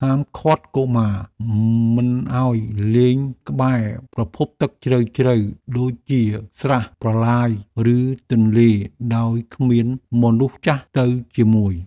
ហាមឃាត់កុមារមិនឱ្យលេងក្បែរប្រភពទឹកជ្រៅៗដូចជាស្រះ ប្រឡាយ ឬទន្លេដោយគ្មានមនុស្សចាស់ទៅជាមួយ។